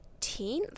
18th